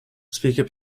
speaker